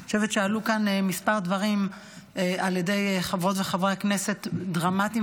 אני חושבת שעלו כאן כמה דברים דרמטיים ומשמעותיים